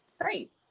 great